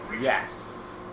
Yes